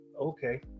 okay